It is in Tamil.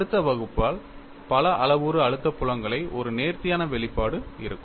அடுத்த வகுப்பால் பல அளவுரு அழுத்த புலங்களுக்கு ஒரு நேர்த்தியான வெளிப்பாடு இருக்கும்